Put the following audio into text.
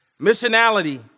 missionality